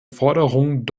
forderung